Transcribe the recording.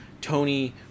Tony